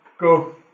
Go